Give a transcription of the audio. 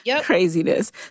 Craziness